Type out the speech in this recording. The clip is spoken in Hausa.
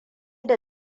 da